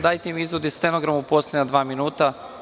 Dajte mi izvod iz stenograma, poslednja dva minuta.